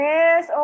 Yes